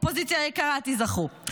אופוזיציה יקרה, תיזכרו.